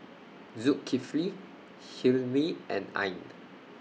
Zulkifli Hilmi and Ain